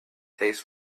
taste